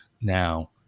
now